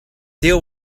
deal